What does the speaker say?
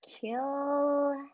kill